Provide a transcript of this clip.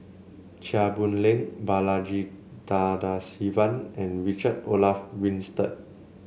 Chia Boon Leong Balaji Tadasivan and Richard Olaf Winstedt